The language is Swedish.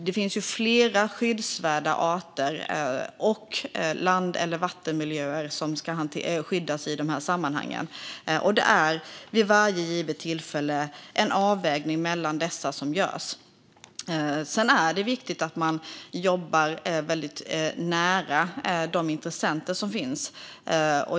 Det finns flera skyddsvärda arter och land eller vattenmiljöer som ska skyddas i de här sammanhangen. Det är vid varje givet tillfälle en avvägning mellan dessa som görs. Sedan är det viktigt att man jobbar väldigt nära de intressenter som finns.